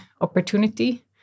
opportunity